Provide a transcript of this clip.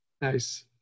nice